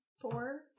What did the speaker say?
Four